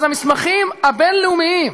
אז המסמכים הבין-לאומיים